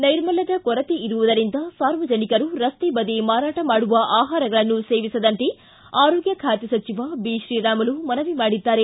ನೈರ್ಮಲ್ಯದ ಕೊರತೆ ಇರುವುದರಿಂದ ಸಾರ್ವಜನಿಕರು ರಸ್ತೆ ಬದಿ ಮಾರಾಟ ಮಾಡುವ ಆಹಾರಗಳನ್ನು ಸೇವಿಸದಂತೆ ಆರೋಗ್ಯ ಖಾತೆ ಸಚಿವ ಬಿತ್ರೀರಾಮುಲು ಮನವಿ ಮಾಡಿದ್ದಾರೆ